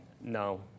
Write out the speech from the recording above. No